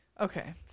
Okay